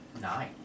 Nine